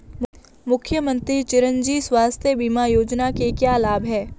मुख्यमंत्री चिरंजी स्वास्थ्य बीमा योजना के क्या लाभ हैं?